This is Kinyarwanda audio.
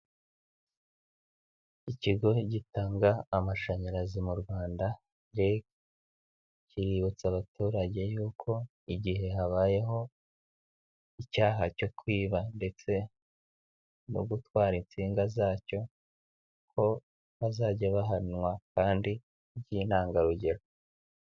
Ikigo gitanga amashanyarazi mu Rwanda REG, kiributsa abaturage yuko igihe habayeho icyaha cyo kwiba ndetse no gutwara insinga zacyo ko bazajya bahanwa kandi by'intangarugero.